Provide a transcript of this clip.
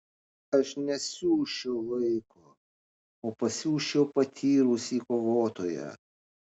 aš nesiųsčiau vaiko o pasiųsčiau patyrusį kovotoją